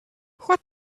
what